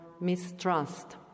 mistrust